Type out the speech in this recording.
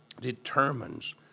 determines